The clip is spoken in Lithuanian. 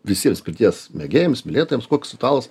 visiems pirties mėgėjams mylėtojams koks ritualas